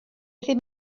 ddim